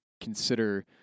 consider